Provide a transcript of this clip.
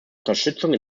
unterstützung